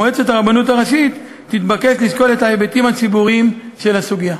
מועצת הרבנות הראשית תתבקש לשקול את ההיבטים הציבוריים של הסוגיה.